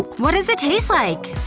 what does it taste like?